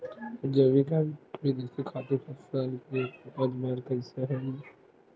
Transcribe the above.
जैविक या देशी खातु फसल के उपज बर कइसे होहय?